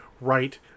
right